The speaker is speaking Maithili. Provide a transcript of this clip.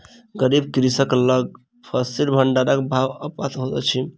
गरीब कृषक लग फसिल भंडारक अभाव होइत अछि